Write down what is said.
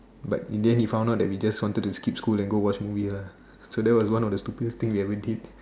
but in the end he found out that we just wanted to skip school and watch movie lah so that was one of the stupid thing we ever did